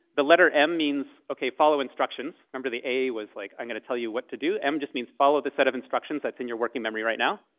the letter m means, ok, follow instructions. remember, the a was, like, i'm going to tell you what to do. m just means follow the set of instructions that's in your working memory right now.